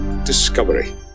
Discovery